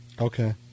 Okay